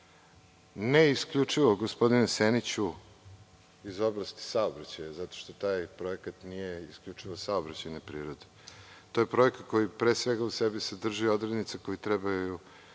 Ne isključivo gospodine Seniću iz oblasti saobraćaja, zato što taj projekat nije isključivo saobraćajne prirode. To je projekat, koji pre svega u sebi sadrži odrednice koje trebaju